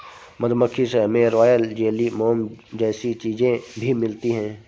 मधुमक्खी से हमे रॉयल जेली, मोम जैसी चीजे भी मिलती है